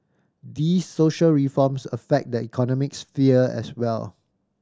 these social reforms affect the economic sphere as well